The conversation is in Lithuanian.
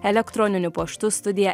elektroniniu paštu studija